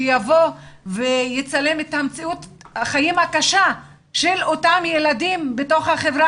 שיבוא ויצלם את מציאות החיים הקשה של אותם ילדים בתוך החברה